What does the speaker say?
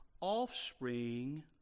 offspring